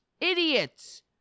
idiots